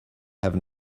have